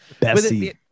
Bessie